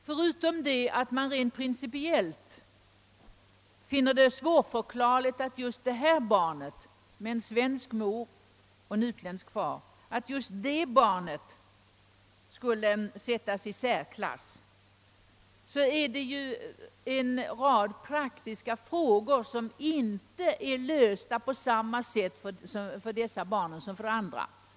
Förutom det förhållandet att jag rent principiellt finner det svårförklarligt att just barn med svensk mor och utländsk far skulle sättas i särklass vill jag peka på en rad praktiska frågor, som inte är lösta på samma sätt för dessa barn som för andra.